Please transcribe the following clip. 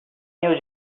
new